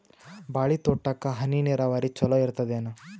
ಬಾಳಿ ತೋಟಕ್ಕ ಹನಿ ನೀರಾವರಿ ಚಲೋ ಇರತದೇನು?